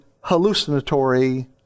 hallucinatory